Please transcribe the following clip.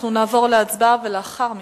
אנחנו נעבור להצבעה, ולאחר מכן,